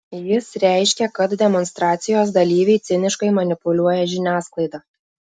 jis reiškė kad demonstracijos dalyviai ciniškai manipuliuoja žiniasklaida